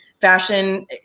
fashion